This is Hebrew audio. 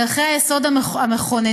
אל ערכי היסוד המכוננים,